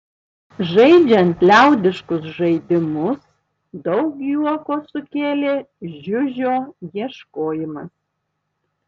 žaidžiant liaudiškus žaidimus daug juoko sukėlė žiužio ieškojimas